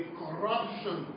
corruption